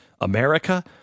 America